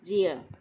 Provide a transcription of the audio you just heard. जीउ